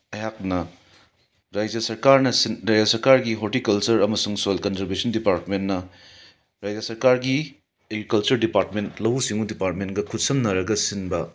ꯑꯩꯍꯛꯅ ꯔꯥꯏꯖ ꯁꯔꯀꯥꯔꯅ ꯁꯤꯟ ꯔꯥꯏꯖ ꯁꯔꯀꯥꯔꯒꯤ ꯍꯣꯔꯇꯤꯀꯜꯆꯔ ꯑꯃꯁꯨꯡ ꯁꯣꯏꯜ ꯀꯟꯖꯔꯕꯦꯁꯟ ꯗꯤꯄꯥꯔꯠꯃꯦꯟꯅ ꯔꯥꯏꯖ ꯁꯔꯀꯥꯔꯒꯤ ꯑꯦꯒ꯭ꯔꯤꯀꯜꯆꯔ ꯗꯤꯄꯥꯔꯠꯃꯦꯟ ꯂꯥꯎ ꯁꯤꯡꯎ ꯗꯤꯄꯥꯔꯠꯃꯦꯟꯒ ꯈꯨꯁꯝꯅꯔꯒ ꯁꯤꯟꯕ